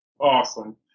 Awesome